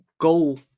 go